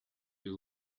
you